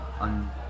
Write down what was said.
on